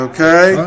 Okay